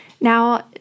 Now